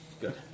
Good